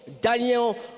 Daniel